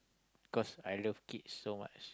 cause I love kids so much